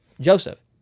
Joseph